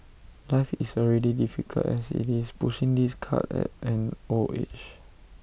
life is already difficult as IT is pushing this cart at an old age